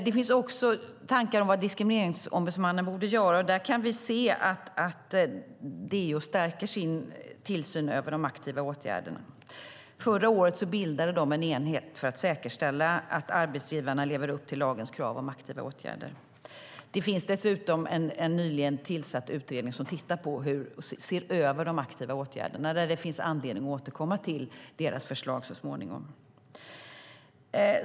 Det finns också tankar om vad Diskrimineringsombudsmannen borde göra. Där kan vi se att DO stärker sin tillsyn över de aktiva åtgärderna. Förra året bildade man en enhet för att säkerställa att arbetsgivarna lever upp till lagens krav om aktiva åtgärder. Det finns dessutom en nyligen tillsatt utredning som ser över de aktiva åtgärderna, och det finns anledning att återkomma till den utredningens förslag så småningom.